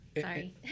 sorry